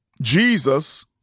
Jesus